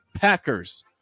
Packers